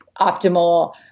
optimal